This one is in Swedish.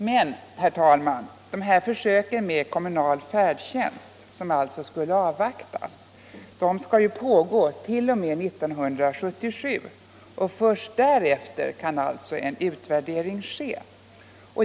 Men, herr talman, försöken med kommunal färdtjänst - som alltså skulle avvaktas — skall pågå t.o.m. 1977, och först därefter kan alltså en utvärdering ske.